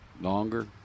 longer